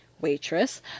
waitress